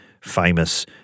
famous